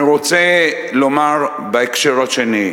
אני רוצה לומר בהקשר השני: